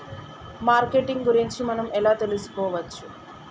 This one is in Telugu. మార్కెటింగ్ గురించి మనం ఎలా తెలుసుకోవచ్చు?